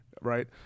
right